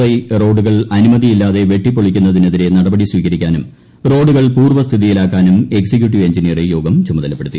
Y ് റോഡുകൾ അനുമതിയില്ലാതെ വെട്ടിപ്പൊളിക്കുന്നതിനെതിരെ നടപടി സ്വീകരിക്കാനും റോഡുകൾ പൂർവസ്ഥിതിയിലാക്കാനും എക്സിക്യൂട്ടീവ് എഞ്ചിനീയറെ യോഗം ചുമതലപ്പെടുത്തി